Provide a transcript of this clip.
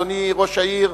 אדוני ראש העיר,